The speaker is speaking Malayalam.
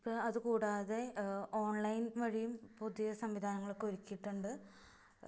ഇപ്പോള് അതുകൂടാതെ ഓണ്ലൈന് വഴിയും പുതിയ സംവിധാനങ്ങളൊക്കെ ഒരുക്കിയിട്ടുണ്ട്